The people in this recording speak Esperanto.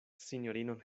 sinjorinon